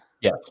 Yes